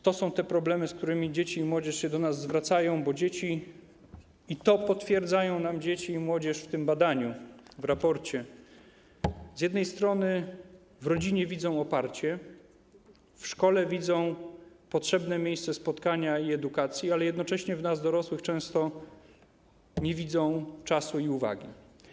To są problemy, z którymi dzieci i młodzież się do nas zwracają, bo dzieci - i to potwierdzają nam dzieci i młodzież w tym badaniu, w raporcie - z jednej strony w rodzinie widzą oparcie, w szkole widzą potrzebne miejsce spotkania i edukacji, ale jednocześnie w nas, dorosłych, często nie widzą czasu i uwagi.